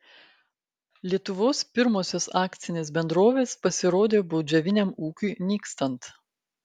lietuvos pirmosios akcinės bendrovės pasirodė baudžiaviniam ūkiui nykstant